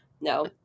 no